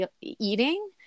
eating